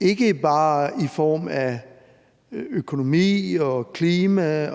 ikke bare i form af økonomi, klima,